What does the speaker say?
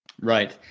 Right